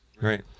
Right